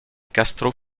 castro